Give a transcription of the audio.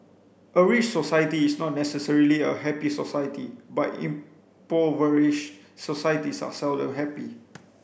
a rich society is not necessarily a happy society but impoverished societies are seldom happy